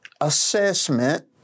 assessment